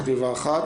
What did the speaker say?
בחטיבה אחת,